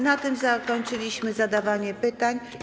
Na tym zakończyliśmy zadawanie pytań.